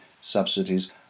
subsidies